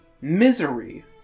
Misery